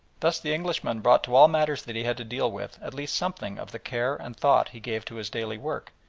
thus the englishman brought to all matters that he had to deal with at least something of the care and thought he gave to his daily work,